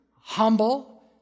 humble